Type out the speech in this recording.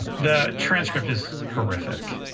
the transcript is horrific,